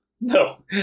No